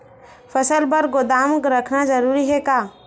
फसल बर गोदाम रखना जरूरी हे का?